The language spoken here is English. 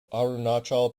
arunachal